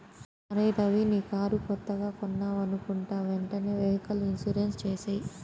అరేయ్ రవీ నీ కారు కొత్తగా కొన్నావనుకుంటా వెంటనే వెహికల్ ఇన్సూరెన్సు చేసేయ్